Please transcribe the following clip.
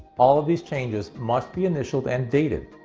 all of these changes must be initialed and dated.